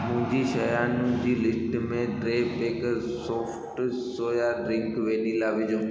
मुंहिंजी शयुनि जी लिस्ट में टे pack soft soya drink vanilla विझो